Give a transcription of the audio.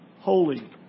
holy